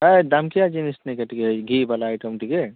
ଦା ଦାମ୍ କିୟା ଜିନିସ୍ ନିକାଏଁ ଟିକେ ଘିଵାଲା ଆଇଟମ୍ ଟିକେ